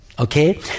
Okay